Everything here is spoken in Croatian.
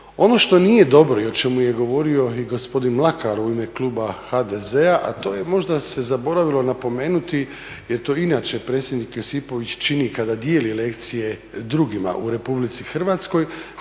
Ono što nije dobro i o čemu je govorio i gospodin Mlakar u ime kluba HDZ-a, a to je možda se zaboravilo napomenuti, jer to inače predsjednik Josipović čini kada dijeli lekcije drugima u Republici Hrvatskoj